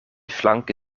flanke